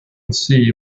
see